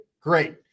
Great